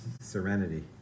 serenity